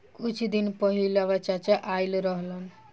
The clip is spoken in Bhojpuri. कुछ दिन पहिलवा चाचा आइल रहन